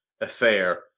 affair